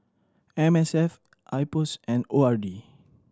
M S F IPOS and O R D